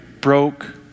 broke